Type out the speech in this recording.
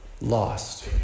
lost